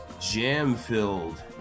jam-filled